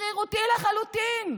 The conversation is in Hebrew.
שרירותי לחלוטין.